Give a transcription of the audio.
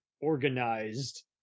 organized